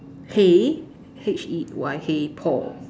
hey H E Y hey Paul